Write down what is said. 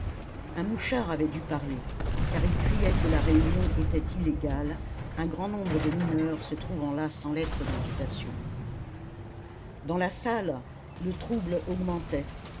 un mouchard avait dû parler car il criait que la réunion était illégale un grand nombre de mineurs se trouvant là sans lettre d'invitation dans la salle le trouble augmentait